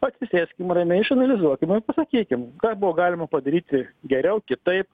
atsisėskim ramiai išanalizuokim ir pasakykim ką buvo galima padaryti geriau kitaip